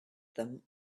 them